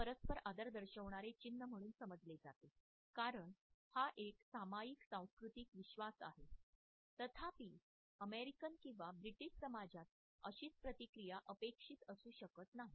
हे परस्पर आदर दर्शविणारे चिन्ह म्हणून समजले जाते कारण हा एक सामायिक सांस्कृतिक विश्वास आहे तथापि अमेरिकन किंवा ब्रिटीश समाजात अशीच प्रतिक्रिया अपेक्षित असू शकत नाही